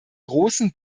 großen